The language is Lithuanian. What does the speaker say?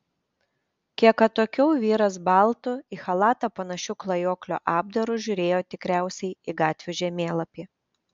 kiek atokiau vyras baltu į chalatą panašiu klajoklio apdaru žiūrėjo tikriausiai į gatvių žemėlapį